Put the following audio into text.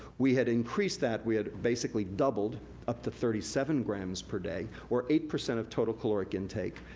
we had increased that, we had, basically, doubled up to thirty seven grams per day, or eight percent of total caloric intake.